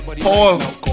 Paul